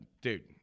dude